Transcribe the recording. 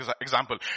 example